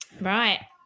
right